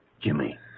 Jimmy